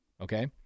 Okay